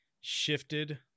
shifted